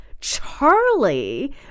Charlie